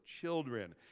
children